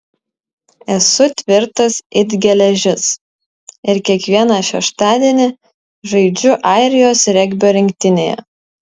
esu tvirtas it geležis ir kiekvieną šeštadienį žaidžiu airijos regbio rinktinėje